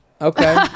Okay